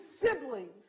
siblings